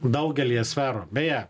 daugelyje sferų beje